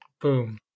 boom